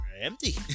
empty